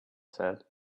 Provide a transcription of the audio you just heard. said